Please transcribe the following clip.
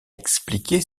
expliqué